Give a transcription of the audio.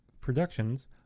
Productions